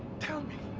tell me.